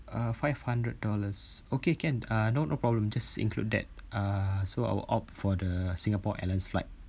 uh five hundred dollars okay can uh no no problem just include that uh so I'll opt for the singapore airlines flight